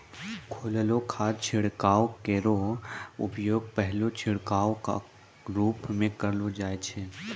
घोललो खाद छिड़काव केरो उपयोग पहलो छिड़काव क रूप म करलो जाय छै